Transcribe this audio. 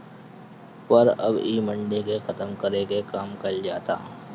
पर अब इ मंडी के खतम करे के काम कइल जाता